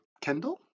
Kendall